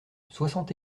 soixante